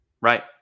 Right